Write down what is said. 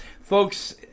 folks